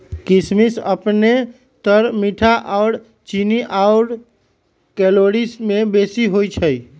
किशमिश अपने तऽ मीठ आऽ चीन्नी आउर कैलोरी में बेशी होइ छइ